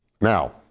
Now